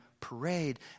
parade